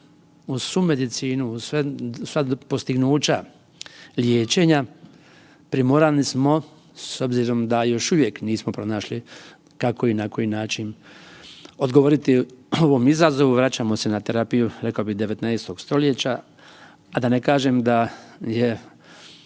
uz svu medicinu, uz sva postignuća liječenja, primorani smo s obzirom da još uvijek nismo pronašli kako i na koji način odgovoriti ovom izazovu, vraćamo se na terapiju, rekao bih, 19. st., a da ne kažem da je